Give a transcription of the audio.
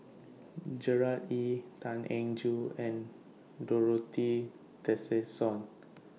Gerard Ee Tan Eng Joo and Dorothy Tessensohn